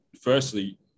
firstly